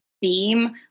theme